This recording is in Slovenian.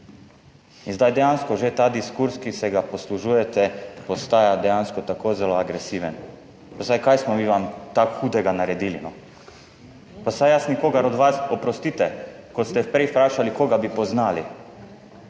In zdaj dejansko že ta diskurz, ki se ga poslužujete postaja dejansko tako zelo agresiven. Pa saj kaj smo mi vam tako hudega naredili, pa vsaj jaz nikogar od vas. Oprostite, ko ste prej vprašali koga bi poznali.